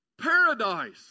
paradise